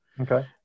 Okay